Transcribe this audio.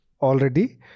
already